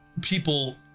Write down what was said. people